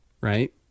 right